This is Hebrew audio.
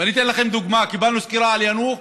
ואני אתן לכם דוגמה: קיבלנו סקירה על יאנוח,